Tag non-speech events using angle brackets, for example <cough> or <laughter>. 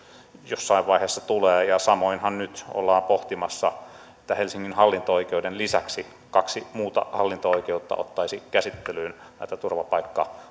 jossain vaiheessa tulee samoinhan nyt ollaan pohtimassa sitä että helsingin hallinto oikeuden lisäksi kaksi muuta hallinto oikeutta ottaisi käsittelyyn näitä turvapaikka <unintelligible>